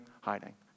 hiding